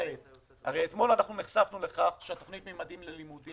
הרי אתמול אנחנו נחשפנו לכך שהתכנית של חיילי